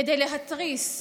כדי להתריס,